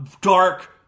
dark